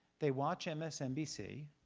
they watch msnbc.